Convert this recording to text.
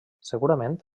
segurament